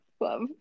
love